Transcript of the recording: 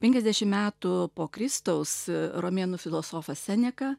penkiasdešimt metų po kristaus romėnų filosofas seneka